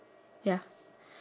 ya